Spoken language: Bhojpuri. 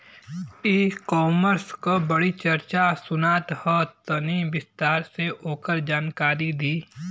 ई कॉमर्स क बड़ी चर्चा सुनात ह तनि विस्तार से ओकर जानकारी दी?